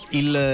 il